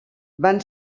van